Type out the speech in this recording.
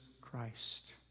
Christ